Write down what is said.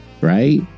Right